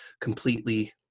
completely